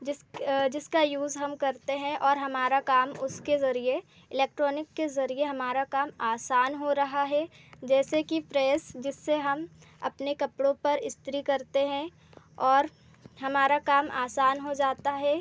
जिस जिसका यूज़ हम करते हैं और हमारा काम उसके ज़रिए इलेक्ट्रॉनिक के ज़रिए हमारा काम आसान हो रहा है जैसे कि प्रेस जिससे हम अपने कपड़ों पर इस्तरी करते हैं और हमारा काम आसान हो जाता है